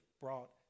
brought